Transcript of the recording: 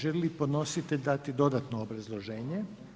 Želi li podnositelj dati dodatno obrazloženje?